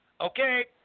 Okay